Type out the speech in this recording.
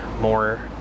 more